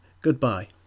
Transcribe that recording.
Goodbye